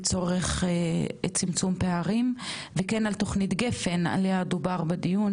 לצורך צמצום פערים וכן על תוכנית "גפן" עליה דובר בדיון,